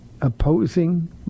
opposing